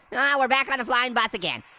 we're back on the flying bus again.